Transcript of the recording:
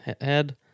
head